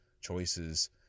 choices